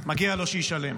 מגיע לו שישלם.